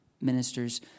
ministers